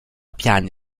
piani